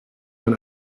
man